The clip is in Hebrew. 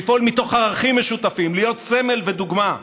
לפעול מתוך ערכים משותפים, להיות סמל ודוגמה.